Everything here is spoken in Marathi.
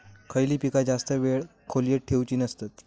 खयली पीका जास्त वेळ खोल्येत ठेवूचे नसतत?